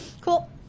Cool